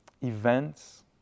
events